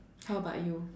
how about you